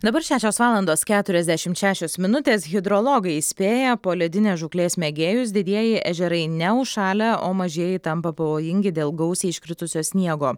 dabar šešios valandos keturiasdešimt šešios minutės hidrologai įspėja poledinės žūklės mėgėjus didieji ežerai neužšalę o mažieji tampa pavojingi dėl gausiai iškritusio sniego